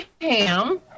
ham